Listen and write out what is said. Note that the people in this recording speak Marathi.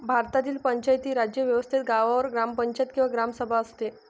भारतातील पंचायती राज व्यवस्थेत गावावर ग्रामपंचायत किंवा ग्रामसभा असते